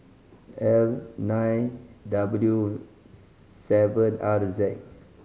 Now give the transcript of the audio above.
L nine W seven R Z